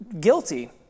Guilty